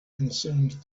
concerned